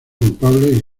culpable